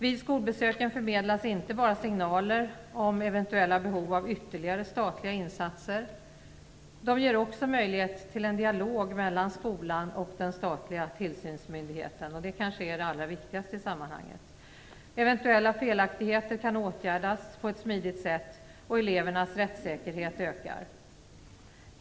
Vid skolbesöken förmedlas inte bara signaler om eventuella behov av ytterligare statliga insatser - de ger också möjlighet till en dialog mellan skolan och den statliga tillsynsmyndigheten, och det kanske är det allra viktigaste i sammanhanget. Eventuella felaktigheter kan åtgärdas på ett smidigt sätt, och elevernas rättssäkerhet ökar.